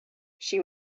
she